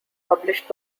published